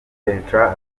bertrand